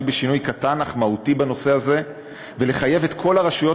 בשינוי קטן אך מהותי בנושא הזה ולחייב את כל הרשויות